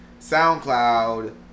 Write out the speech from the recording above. SoundCloud